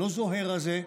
הלא-זוהר הזה,